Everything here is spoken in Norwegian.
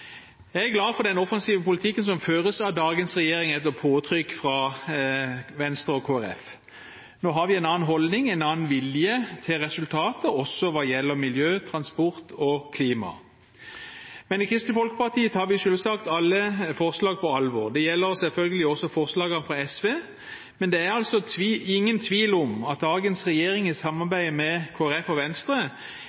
Jeg er glad for den offensive politikken som føres av dagens regjering etter påtrykk fra Venstre og Kristelig Folkeparti. Nå har vi en annen holdning, en annen vilje, til resultater også hva gjelder miljø, transport og klima. Men i Kristelig Folkeparti tar vi selvsagt alle forslag på alvor. Det gjelder selvfølgelig også forslagene fra SV. Men det er altså ingen tvil om at dagens regjering i